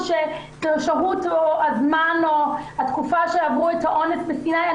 שזאת התקופה שבה עברו את האונס בסיני.